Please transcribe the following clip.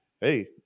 hey